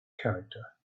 character